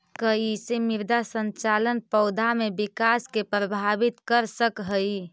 कईसे मृदा संरचना पौधा में विकास के प्रभावित कर सक हई?